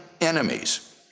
enemies